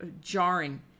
jarring